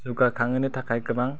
जौगाखांहोनो थाखाय गोबां